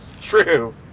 True